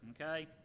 okay